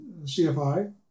CFI